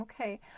Okay